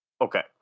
Okay